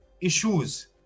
issues